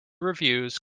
reviews